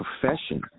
profession